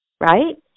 right